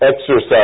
Exercise